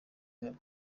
yabo